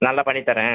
நல்லா பண்ணித் தர்றேன்